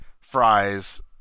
fries